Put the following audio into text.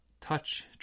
Touch